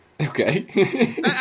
Okay